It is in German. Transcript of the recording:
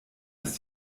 ist